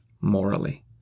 morally